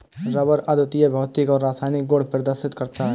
rubber अद्वितीय भौतिक और रासायनिक गुण प्रदर्शित करता है